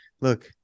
Look